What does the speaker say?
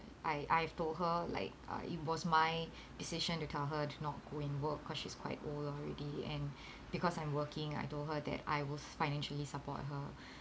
I I've told her like uh it was my decision to tell her to not go and work cause she's quite old already and because I'm working I told her that I will financially support her